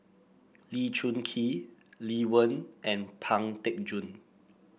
Lee Choon Kee Lee Wen and Pang Teck Joon